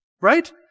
Right